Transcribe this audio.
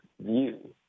view